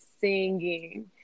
singing